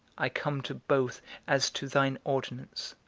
i come to both as to thine ordinance,